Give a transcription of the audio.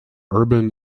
urban